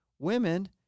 women